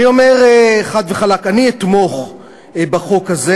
אני אומר חד וחלק: אני אתמוך בחוק הזה.